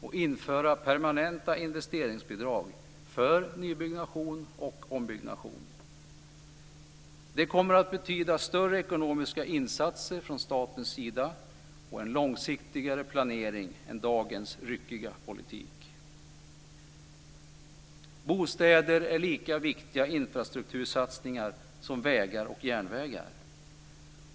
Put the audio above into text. och införa permanenta investeringsbidrag för nybyggnation och ombyggnation. Det kommer att betyda större ekonomiska insatser från statens sida och en långsiktigare planering än dagens ryckiga politik. Bostäder är lika viktiga infrastruktursatsningar som vägar och järnvägar.